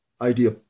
idea